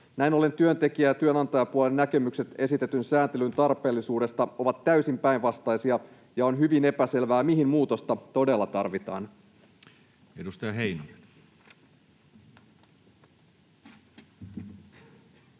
Näin ollen työntekijä‑ ja työnantajapuolen näkemykset esitetyn sääntelyn tarpeellisuudesta ovat täysin päinvastaisia, ja on hyvin epäselvää, mihin muutosta todella tarvitaan. Edustaja Heinonen.